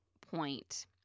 point